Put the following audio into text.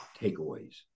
takeaways